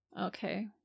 Okay